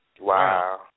Wow